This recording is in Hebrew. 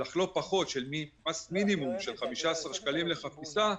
מס מינימום של 15 שקלים לחפיסה.